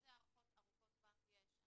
איזה הערכות ארוכות טווח יש.